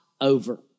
over